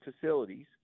facilities